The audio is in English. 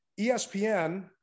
ESPN